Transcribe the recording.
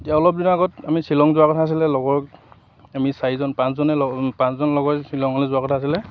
এতিয়া অলপ দিনৰ আগত আমি শ্বিলং যোৱাৰ কথা আছিলে লগৰ আমি চাৰিজন পাঁচজনে পাঁচজন লগৰ শ্বিলঙলৈ যোৱাৰ কথা আছিলে